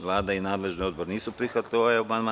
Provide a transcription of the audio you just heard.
Vlada i nadležni odbor nisu prihvatili ovaj amandman.